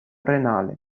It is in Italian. renale